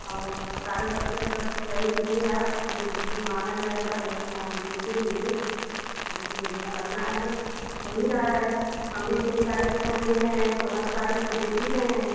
और कागज पत्र सब सही रखिए जो मांगा जाएगा वो सब ला देते रहिए इसमें जो करना है हो ही रहा है हम भी कोई तारीख छोड़ नहीं रहे हैं हर तारीख देख हीं रहे हैं